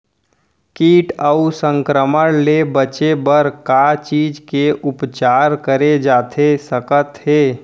किट अऊ संक्रमण ले बचे बर का बीज के उपचार करे जाथे सकत हे?